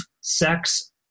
sex